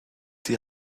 die